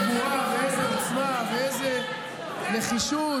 איזו גבורה, איזו עוצמה ואיזו נחישות.